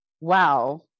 wow